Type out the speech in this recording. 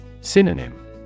Synonym